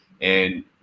And-